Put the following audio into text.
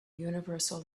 universal